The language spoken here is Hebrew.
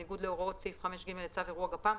בניגוד להוראות סעיף 5(ג) לצו אירוע גפ"מ,